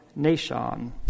Nashon